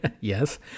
Yes